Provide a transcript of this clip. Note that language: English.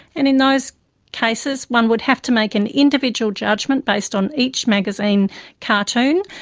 and in those cases one would have to make an individual judgement based on each magazine cartoon,